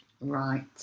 Right